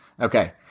Okay